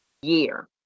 year